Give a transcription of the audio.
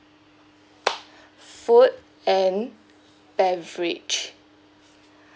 food and beverage